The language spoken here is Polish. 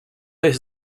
jest